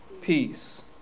peace